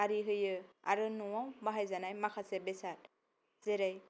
आरि होयो आरो न'आव बाहायजानाय माखासे बेसाद जेरै